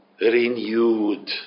renewed